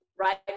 Right